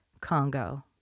Congo